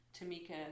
Tamika